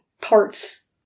parts